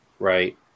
Right